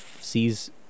sees